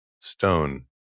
stone